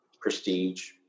prestige